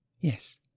Yes